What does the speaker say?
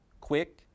quick